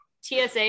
TSA